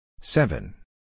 Seven